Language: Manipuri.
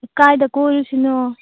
ꯀꯥꯏꯗ ꯀꯣꯏꯔꯨꯁꯤꯅꯣ